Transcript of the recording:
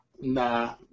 nah